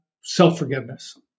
self-forgiveness